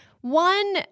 One